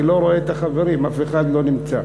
אני לא רואה את החברים, אף אחד לא נמצא.